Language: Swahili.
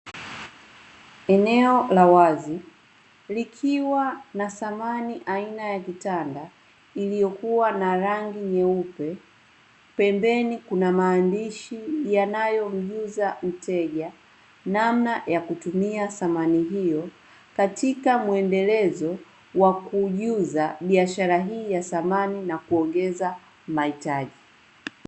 Eneo la wazi likiwa na samani aina ya vitanda, iliyokuwa na rangi nyeupe, pembeni kuna maandishi yanayomjuza mteja namna ya kutumia samani hiyo, katika mwendelezo wa kujuza biashara hii ya samani na kuongeza mahitaji.